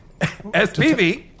SPV